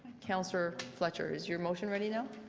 councillor fletcher is your motion ready now?